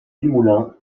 dumoulin